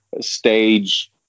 stage